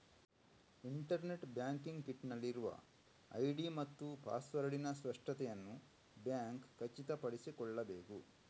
internet banking kit ನಲ್ಲಿರುವ ID ಮತ್ತು ಪಾಸ್ವರ್ಡಿನ ಸ್ಪಷ್ಟತೆಯನ್ನು ಬ್ಯಾಂಕ್ ಖಚಿತಪಡಿಸಿಕೊಳ್ಳಬೇಕು